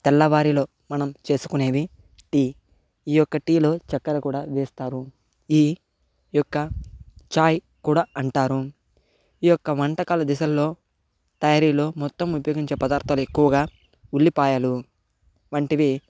తెల్లవారిలో మనం చేసుకునేవి టీ ఈ యొక్క టీ లో చక్కెర కూడా వేస్తారు ఈ యొక్క చాయ్ కూడా అంటారు ఈ యొక్క వంటకాలు దిశల్లో తయారీలో మొత్తం ఉపయోగించే పదార్థాలు ఎక్కువగా ఉల్లిపాయలు వంటివి